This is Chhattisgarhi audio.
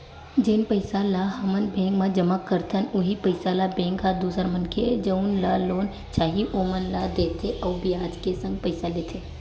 जेन पइसा ल हमन बेंक म जमा करथन उहीं पइसा ल बेंक ह दूसर मनखे जउन ल लोन चाही ओमन ला देथे अउ बियाज के संग पइसा लेथे